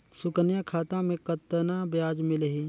सुकन्या खाता मे कतना ब्याज मिलही?